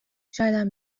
شایدم